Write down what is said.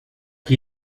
qui